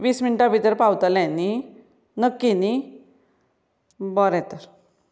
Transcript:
वीस मिनटां भितर पावतलें न्हय नक्की न्हय बरें तर